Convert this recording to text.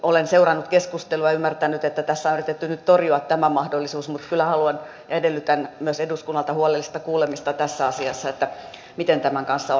olen seurannut keskustelua ja ymmärtänyt että tässä on yritetty nyt torjua tämä mahdollisuus mutta kyllä haluan ja edellytän myös eduskunnalta huolellista kuulemista tässä asiassa miten tämän kanssa on